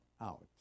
out